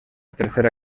tercera